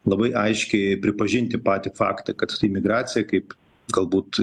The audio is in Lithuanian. labai aiškiai pripažinti patį faktą kad imigracija kaip galbūt